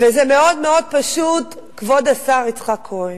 וזה מאוד מאוד פשוט, כבוד השר יצחק כהן,